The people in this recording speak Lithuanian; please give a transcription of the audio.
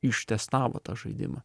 ištestavo tą žaidimą